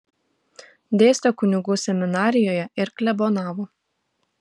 dėstė kunigų seminarijoje ir klebonavo